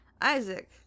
Isaac